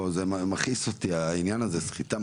זה מכעיס אותי העניין הזה סחיטה.